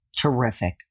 Terrific